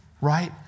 Right